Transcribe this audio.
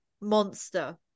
monster